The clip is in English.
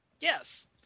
Yes